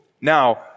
now